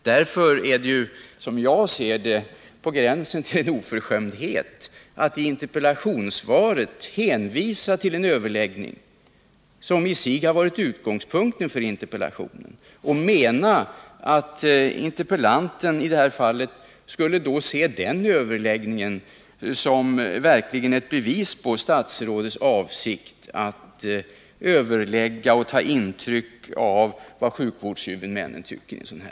Därför är det, som jag ser det, på gränsen till oförskämdhet att i interpellationssvaret hänvisa till en överläggning som i sig har varit utgångspunkten för interpellationen och mena att interpellanten skulle se den överläggningen som ett verkligt bevis på statsrådets avsikt att överlägga och att ta intryck av sjukvårdshuvudmännens synpunkter i den här frågan.